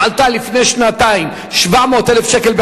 ועלתה לפני שנתיים 700,000 שקל,